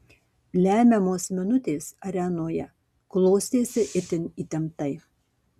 lemiamos minutės arenoje klostėsi itin įtemptai